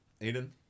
Eden